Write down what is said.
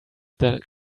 their